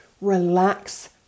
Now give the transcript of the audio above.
Relax